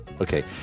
Okay